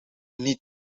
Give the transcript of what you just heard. niet